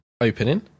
opening